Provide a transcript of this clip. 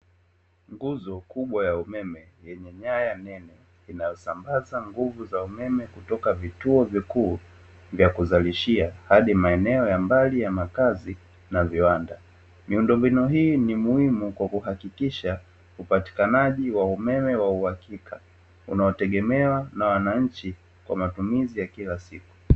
Nguzo kubwa ya umeme, yenye nyaya nene, inayosambaza nguvu za umeme kutoka vituo vikuu vya kuzalishia hadi maeneo ya mbali ya makazi na viwanda. Miundombinu hii ni muhimu kwa kuhakikisha upatikanaji wa umeme wa uhakika, unaotegemewa na wananchi kwa matumizi ya kila siku.